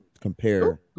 compare